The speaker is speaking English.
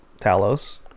Talos